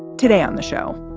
today on the show,